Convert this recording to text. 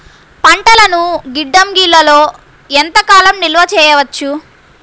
పంటలను గిడ్డంగిలలో ఎంత కాలం నిలవ చెయ్యవచ్చు?